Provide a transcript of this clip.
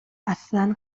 اصلا